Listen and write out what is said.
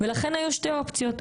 ולכן היו שתי אופציות: